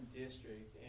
district